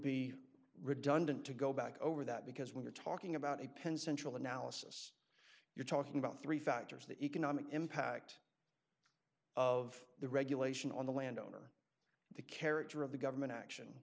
be redundant to go back over that because when you're talking about a pen central analysis you're talking about three factors the economic impact of the regulation on the landowner the character of the government action